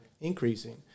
increasing